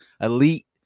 elite